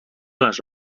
les